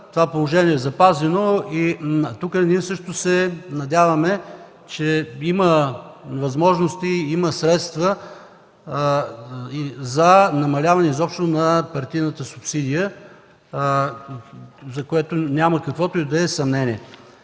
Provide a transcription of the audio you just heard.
Това положение е запазено и се надяваме, че има възможности и средства за намаляване изобщо на партийната субсидия, за което няма каквото и да е съмнение.